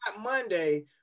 Monday